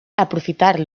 aprofitar